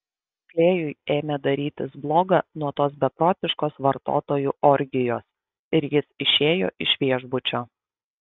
klėjui ėmė darytis bloga nuo tos beprotiškos vartotojų orgijos ir jis išėjo iš viešbučio